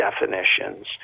definitions